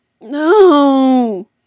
No